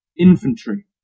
infantry